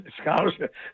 scholarship